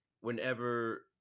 whenever